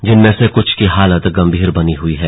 जिनमें से कुछ की हालत गंभीर बनी हई है